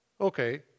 Okay